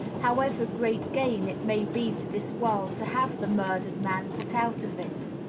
however great gain it may be to this world to have the murdered man put out of it